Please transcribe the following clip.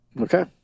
Okay